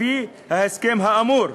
לפי ההסכם האמור,